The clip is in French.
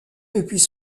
depuis